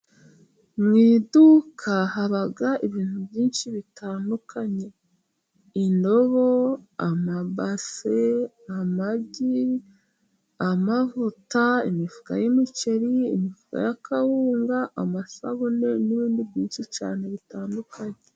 Mu iduka haba ibintu byinshi bitandukanye, indobo, amabase, amagi, amavuta, imifuka y'imiceri, imifuka ya kawunga, amasabune n'ibindi byinshi cyane bitandukanye.